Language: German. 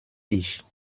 ich